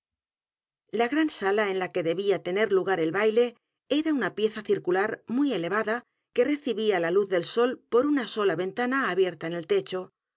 a n sala en la que debía tener l u g a r el baile era u n a pieza circular muy elevada que recibía la luz del sol por una sola ventana abierta en el techo